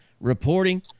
reporting